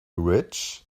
rich